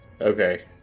okay